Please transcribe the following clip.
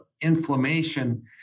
inflammation